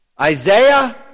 Isaiah